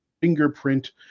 fingerprint